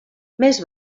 més